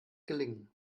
gelingen